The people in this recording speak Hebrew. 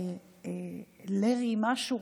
לארי משהו,